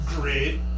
great